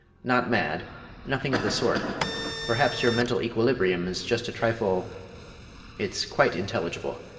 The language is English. not mad nothing of the sort perhaps your mental equilibrium is just a trifle it's quite intelligible.